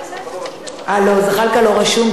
לא, זחאלקה לא רשום.